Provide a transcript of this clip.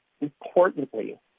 Importantly